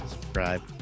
subscribe